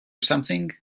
something